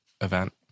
event